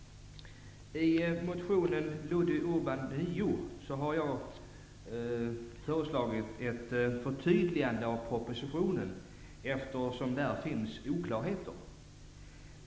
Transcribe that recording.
I motion L9 har jag föreslagit ett förtydligande av propositionen, eftersom det i den finns oklarheter.